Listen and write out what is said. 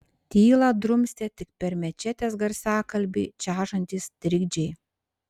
tylą drumstė tik per mečetės garsiakalbį čežantys trikdžiai